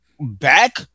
back